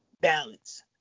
balance